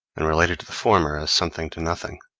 and related to the former as something to nothing.